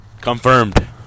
Confirmed